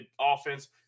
offense